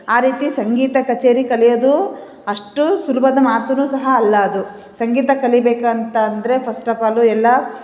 ಆ ರೀತಿ ಸಂಗೀತ ಕಛೇರಿ ಕಲಿಯೋದೂ ಅಷ್ಟೂ ಸುಲಭದ ಮಾತುನೂ ಸಹ ಅಲ್ಲ ಅದು ಸಂಗೀತ ಕಲಿಬೇಕು ಅಂತ ಅಂದರೆ ಫಸ್ಟ್ ಆಫ್ ಆಲು ಎಲ್ಲ